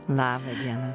labą dieną